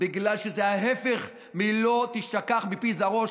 בגלל שזה ההפך מ"לא תישכח מפי זרעו",